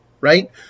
right